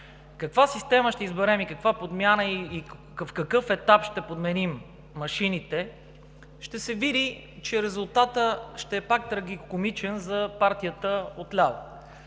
Каква система ще изберем и каква подмяна и в какъв етап ще подменим машините – ще се види, че резултатът ще е пак трагикомичен за партията отляво.